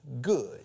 good